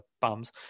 bums